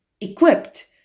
equipped